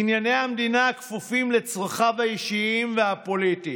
ענייני המדינה כפופים לצרכיו האישיים והפוליטיים.